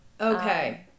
Okay